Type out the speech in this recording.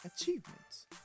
achievements